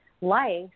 life